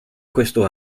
questo